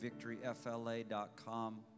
VictoryFLA.com